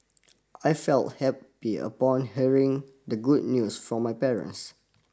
I felt happy upon hearing the good news from my parents